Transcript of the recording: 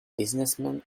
businessmen